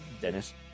Dennis